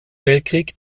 weltkrieg